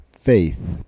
faith